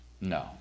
No